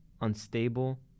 unstable